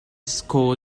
school